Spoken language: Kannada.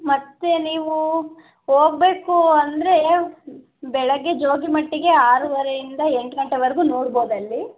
ಮತ್ತು ನೀವು ಹೋಗ್ಬೇಕು ಅಂದರೆ ಬೆಳಗ್ಗೆ ಜೋಗಿಮಟ್ಟಿಗೆ ಆರೂವರೆಯಿಂದ ಎಂಟು ಗಂಟೆವರೆಗೂ ನೋಡ್ಬೋದು ಅಲ್ಲಿ